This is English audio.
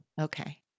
Okay